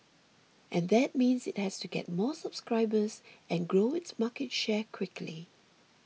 and that means it has to get more subscribers and grow its market share quickly